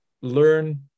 learn